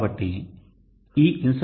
కాబట్టి ఈ INSOLATION